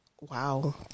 Wow